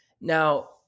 Now